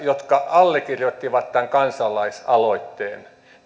jotka allekirjoittivat tämän kansalaisaloitteen